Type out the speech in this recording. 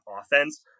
offense